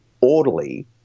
orderly